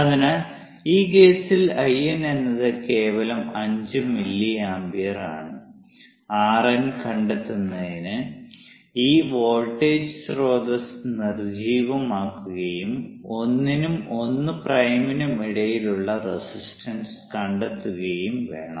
അതിനാൽ ഈ കേസിൽ IN എന്നത് കേവലം 5 മില്ലി ആമ്പിയർ ആണ് RN കണ്ടെത്തുന്നതിന് ഈ വോൾട്ടേജ് സ്രോതസ്സ് നിർജ്ജീവമാക്കുകയും 1 നും 1 പ്രൈമിനും ഇടയിലുള്ള റെസിസ്റ്റൻസ് കണ്ടെത്തുകയും വേണം